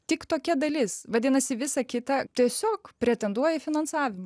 tik tokia dalis vadinasi visa kita tiesiog pretenduoja į finansavimą